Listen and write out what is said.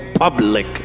Public